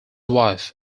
wife